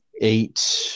eight